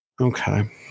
Okay